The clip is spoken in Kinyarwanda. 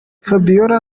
fabiola